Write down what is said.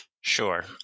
Sure